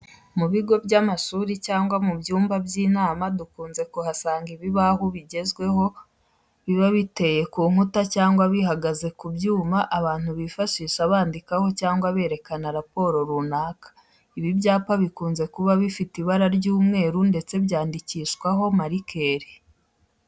Mu bigo by'amashuri cyangwa mu byumba by'inama dukunze kuhasanga ibibaho bigezweho biba biteye ku nkuta cyangwa bihagaze ku byuma abantu bifashisha bandikaho cyangwa berekana raporo runaka. Ibi byapa bikunze kuba bifite ibara ry'umweru ndetse byandikishwaho marikeri.